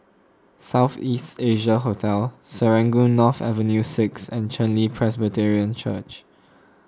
South East Asia Hotel Serangoon North Avenue six and Chen Li Presbyterian Church